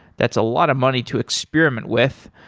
that's a lot of money to experiment with.